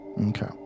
Okay